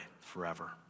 forever